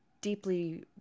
deeply